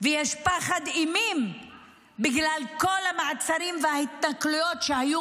ויש פחד אימים בגלל כל המעצרים וההתנכלויות שהיו